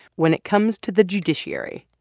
when it comes to the judiciary,